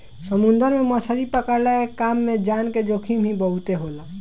समुंदर में मछरी पकड़ला के काम में जान के जोखिम ही बहुते होला